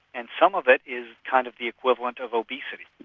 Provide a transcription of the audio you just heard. and some of it is kind of the equivalent of obesity,